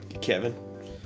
Kevin